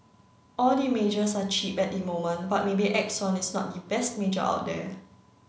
all the majors are cheap at the moment but maybe Exxon is not the best major out there